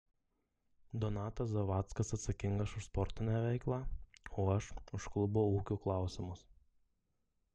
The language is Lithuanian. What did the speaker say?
donatas zavackas atsakingas už sportinę veiklą o aš už klubo ūkio klausimus